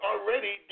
already